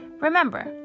remember